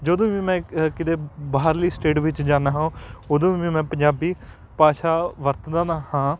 ਜਦੋਂ ਵੀ ਮੈਂ ਕਿਤੇ ਬਾਹਰਲੀ ਸਟੇਟ ਵਿੱਚ ਜਾਂਦਾ ਹਾਂ ਉਦੋਂ ਵੀ ਮੈਂ ਪੰਜਾਬੀ ਭਾਸ਼ਾ ਵਰਤਦਾ ਹਾਂ